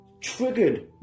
triggered